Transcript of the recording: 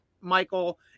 michael